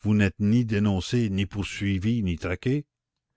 vous n'êtes ni dénoncé ni poursuivi ni traqué